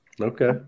Okay